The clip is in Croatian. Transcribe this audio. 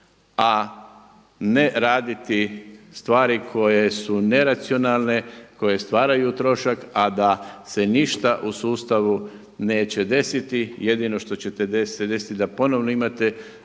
a ne raditi stvari koje su neracionalne, koje stvaraju trošak, a da se ništa u sustavu neće desiti. jedino što će se desiti da ponovno imate